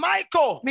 Michael